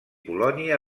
polònia